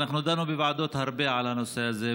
דנו בוועדות הרבה בנושא הזה,